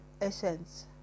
essence